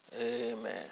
Amen